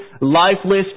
lifeless